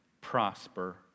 prosper